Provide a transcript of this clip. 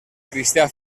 cristià